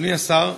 אדוני השר,